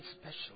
special